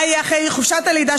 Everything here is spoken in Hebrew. מה יהיה אחרי חופשת הלידה,